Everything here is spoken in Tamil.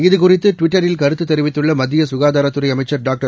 இதுகுறித்து டுவிட்டரில் கருத்து தெரிவித்துள்ள மத்திய சுகாதாரத்துறை அமைச்சர் டாக்டர்